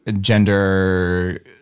gender